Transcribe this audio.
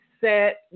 Set